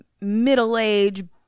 middle-aged